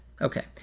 Okay